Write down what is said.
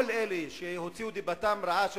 כל אלה שהוציאו דיבתם רעה,